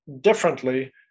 differently